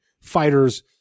fighters